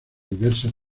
diversas